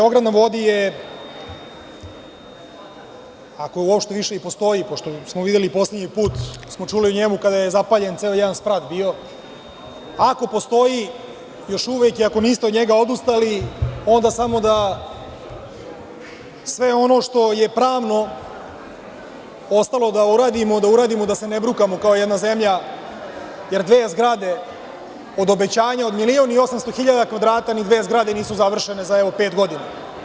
Beograd na vodi“ je, ako uopšte više i postoji, pošto smo poslednji put čuli o njemu kada je bio zapaljen ceo jedan sprat, ako postoji još uvek i ako niste od njega odustali, onda samo da sve ono što je pravno ostalo da uradimo, da uradimo da se ne brukamo kao jedna zemlja, jer dve zgrade od obećanja od 1.800.000 kvadrata, ni dve zgrade nisu završene za pet godina.